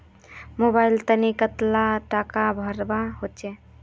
Mobile लोत कतला टाका भरवा होचे?